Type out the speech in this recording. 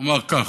אומר כך,